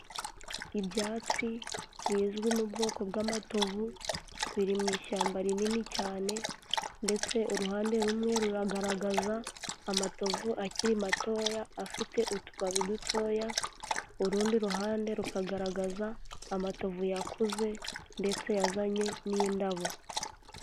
Ibyatsi bizwi mu bwoko bw'amatovu, biri mu ishyamba rinini cyane ndetse uruhande rumwe ruragaragaza amatovu akiri matoya, afite utubabi dutoya, urundi ruhande rukagaragaza amatovu yakuze ndetse yazanye n'indabo.